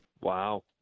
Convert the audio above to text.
Wow